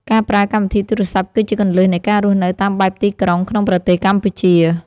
ការប្រើកម្មវិធីទូរសព្ទ គឺជាគន្លឹះនៃការរស់នៅតាមបែបទីក្រុងក្នុងប្រទេសកម្ពុជា។